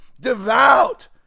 devout